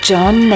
John